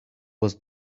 was